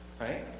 Right